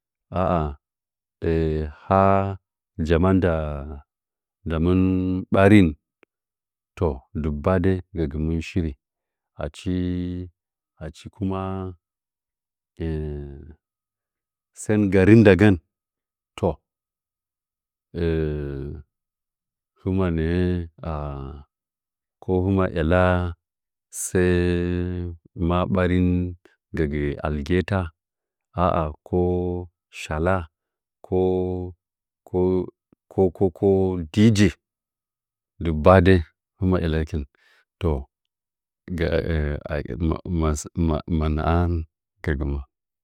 'A'a ha jamanda gamɨn ɓarim toh dɨgbo dəi gəgɨmin shiri achi achi kuma eh sən nggarin ndagən toh hɨmə nəə ko hɨmə iyaka səə maa ɓarin gəgi algeta aa ko shala ko ko ko ko dije dɨgba dei hɨma ‘yala kin toh ga ma nahan kɨrəgɨmə